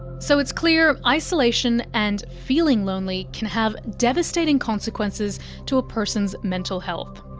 so it's clear isolation and feeling lonely can have devastating consequences to a person's mental health.